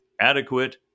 adequate